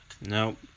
Nope